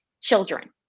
children